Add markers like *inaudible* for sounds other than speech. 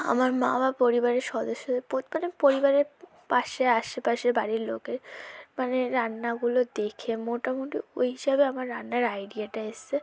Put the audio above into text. আমার মা বা পরিবারের সদস্যদের *unintelligible* মানে পরিবারের পাশে আশেপাশে বাড়ির লোকের মানে রান্নাগুলো দেখে মোটামুটি ওই হিসাবে আমার রান্নার আইডিয়াটা এসেছে